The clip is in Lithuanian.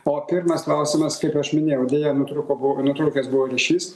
o pirmas klausimas kaip aš minėjau deja nutrūko buvo nutrūkęs buvo ryšys